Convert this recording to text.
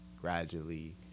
gradually